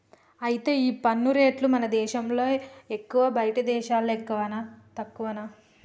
అయితే ఈ పన్ను రేట్లు మన దేశంలో ఎక్కువా బయటి దేశాల్లో ఎక్కువనా తక్కువనా